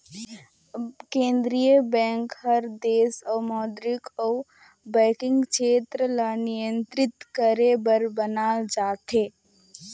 केंद्रीय बेंक हर देस कर मौद्रिक अउ बैंकिंग छेत्र ल नियंत्रित करे बर बनाल जाथे